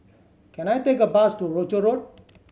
can I take a bus to Rochor Road